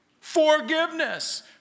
Forgiveness